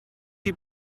chi